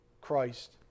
Christ